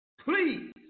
Please